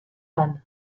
han